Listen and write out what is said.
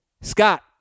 Scott